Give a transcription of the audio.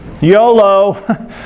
yolo